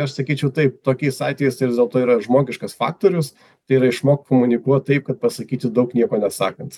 aš sakyčiau taip tokiais atvejais tai vis dėlto yra žmogiškas faktorius tai yra išmokt komunikuot taip kad pasakyti daug nieko nesakant